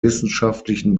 wissenschaftlichen